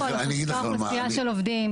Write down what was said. מדובר פה על אותה אוכלוסייה של עובדים.